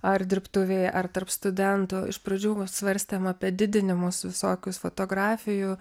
ar dirbtuvėje ar tarp studentų iš pradžių svarstėm apie didinimus visokius fotografijų